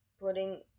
putting